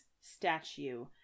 statue